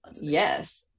Yes